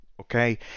Okay